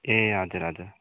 ए हजुर हजुर